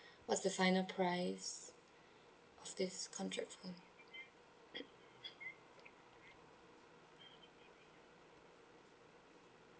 what's the final price of this contract for me